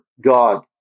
God